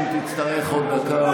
ואם תצטרך עוד דקה,